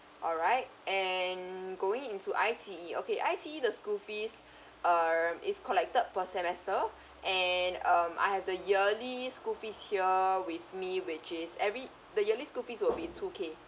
alright and going into I_T_E okay I_T_E the school fees err mm is collected per semester and um I have the yearly school fees here with me which is every the yearly school fees will be two K